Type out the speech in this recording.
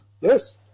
yes